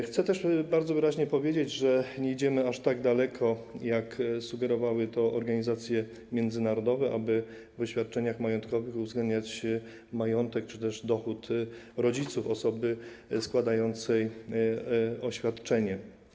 Chcę też bardzo wyraźnie powiedzieć, że nie idziemy aż tak daleko, jak sugerowały to organizacje międzynarodowe, aby w oświadczeniach majątkowych uwzględniać majątek czy też dochód rodziców osoby składającej oświadczenie.